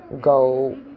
go